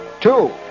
Two